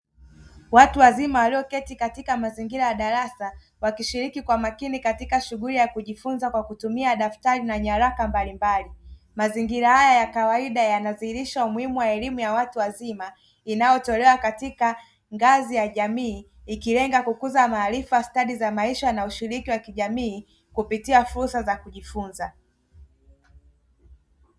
Watu wazima walioketi katika mazingira ya darasa wakishiriki kwa makini katika shughuli ya kujifunza kwa kutumia daftari na nyaraka mbalimbali mazingira haya ya kawaida yanadhihirishwa umuhimu wa elimu ya watu wazima inayotolewa katika ngazi ya jamii ikilenga kukuza maarifa, stadi za maisha na ushiriki wa kijamii kupitia fursa za kujifunza.